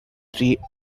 three